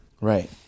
Right